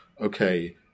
okay